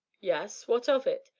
yes what of it?